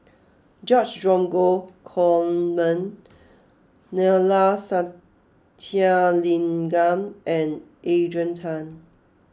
George Dromgold Coleman Neila Sathyalingam and Adrian Tan